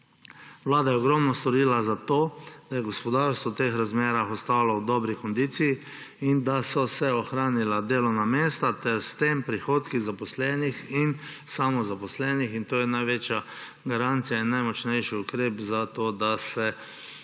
Vlada je ogromno storila za to, da je gospodarstvo v teh razmerah ostalo v dobri kondiciji in da so se ohranila delovna mesta ter s tem prihodki zaposlenih in samozaposlenih. In to je največja garancija in najmočnejši ukrep za to, da se